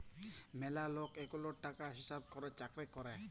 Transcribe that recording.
ম্যালা লক এখুল টাকার হিসাব ক্যরের চাকরি ক্যরে